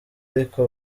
ariko